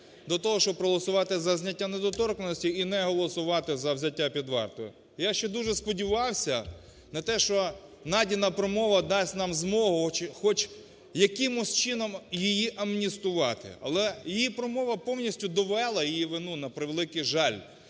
до того, щоб проголосувати за зняття недоторканності і не голосувати за взяття під варту. Я ще дуже сподівався на те, що Надіна промова дасть нам змогу хоч якимось чином її амністувати. Але її промова повністю довела її вину, на превеликий жаль.